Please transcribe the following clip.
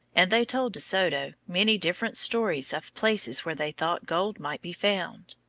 and they told de soto many different stories of places where they thought gold might be found.